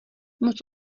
moc